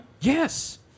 Yes